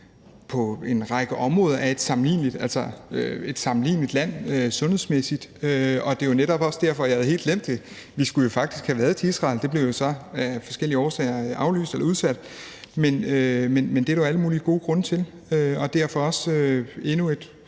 på en række områder er et sammenligneligt land sundhedsmæssigt. Det var netop også derfor – jeg havde helt glemt det – at vi faktisk skulle have været til Israel. Det blev så af forskellige årsager aflyst eller udsat. Men det er der jo alle mulige gode grunde til. Det er derfor også endnu et